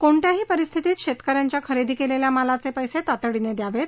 कोणत्याही परिस्थितीत शेतकऱ्यांच्या खरेदी केलेल्या मालाचे पैसे तातडीने द्यावेत